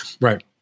Right